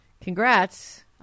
congrats